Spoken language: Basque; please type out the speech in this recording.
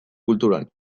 kulturan